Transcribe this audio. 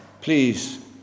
Please